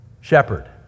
Shepherd